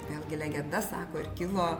vėlgi legenda sako ir kilo